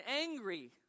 angry